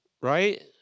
Right